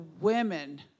women